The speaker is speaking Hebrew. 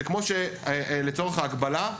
לצורך ההקבלה,